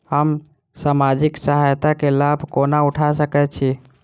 हम सामाजिक सहायता केँ लाभ कोना उठा सकै छी?